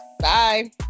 bye